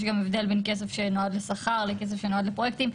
יש גם הבדל בין כסף שנועד לשכר לכסף שנועד לפרויקטים.